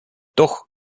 doch